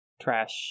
trash